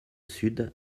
sud